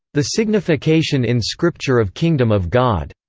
the signification in scripture of kingdom of god,